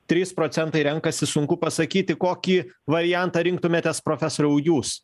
trys procentai renkasi sunku pasakyti kokį variantą rinktumėtės profesoriau jūs